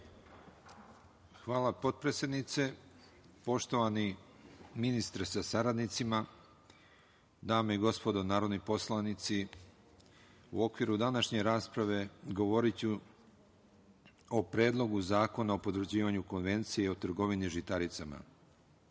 Hvala, potpredsednice. Poštovani ministre sa saradnicima, dame i gospodo narodni poslanici, u okviru današnje rasprave govoriću o Predlogu zakona o potvrđivanju Konvencije i o trgovini žitaricama. Pristupanje